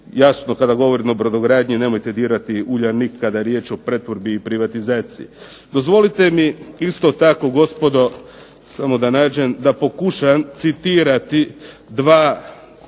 Jasno kada govorimo o brodogradnji nemojte dirati Uljanik kada je riječ o pretvorbi i privatizaciji. Dozvolite mi ista tako gospodo da pokušam citirati dva